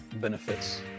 benefits